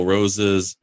Roses